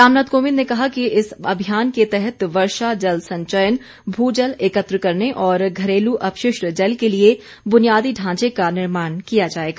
रामनाथ कोविंद ने कहा कि इस अभियान के तहत वर्षा जल संचयन भूजल एकत्र करने और घरेलू अपशिष्ट जल के लिए बुनियादी ढांचे का निर्माण किया जाएगा